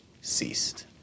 ceased